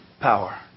power